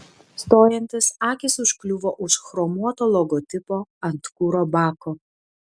stojantis akys užkliuvo už chromuoto logotipo ant kuro bako